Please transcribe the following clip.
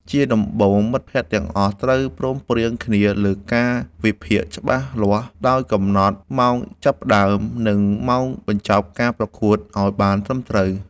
ជាដំបូង មិត្តភក្តិទាំងអស់ត្រូវព្រមព្រៀងគ្នាលើកាលវិភាគច្បាស់លាស់ ដោយកំណត់ម៉ោងចាប់ផ្ដើម និងម៉ោងបញ្ចប់ការប្រកួតឱ្យបានត្រឹមត្រូវ។